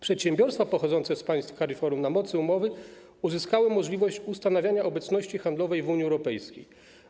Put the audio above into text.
Przedsiębiorstwa pochodzące z państw CARIFORUM na mocy umowy uzyskały możliwość ustanawiania obecności handlowej w Unii Europejskiej.